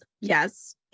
Yes